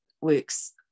works